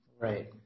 Right